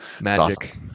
Magic